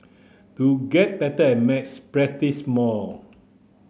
to get better at maths practise more